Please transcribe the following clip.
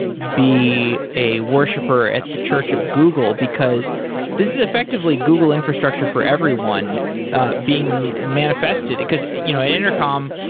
be a worshiper at the church of google, because this is effectively google infrastructure for everyone being manifested. because you know at intercom,